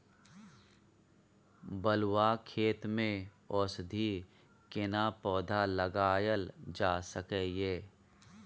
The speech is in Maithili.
बलुआ खेत में औषधीय केना पौधा लगायल जा सकै ये?